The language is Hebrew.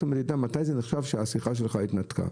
המדידה של מתי נחשב שהשיחה שלך התנתקה.